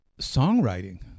songwriting